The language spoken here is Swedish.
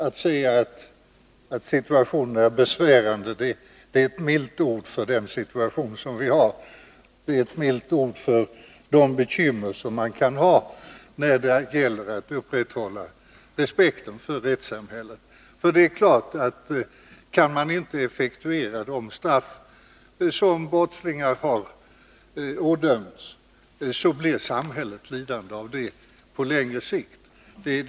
Att säga att situationen är besvärande är ett milt uttryck för de bekymmer som man kan ha när det gäller att upprätthålla respekten för rättssamhället. Det är klart att om de straff som brottslingar har ådömts inte kan effektueras blir samhället på längre sikt lidande av det.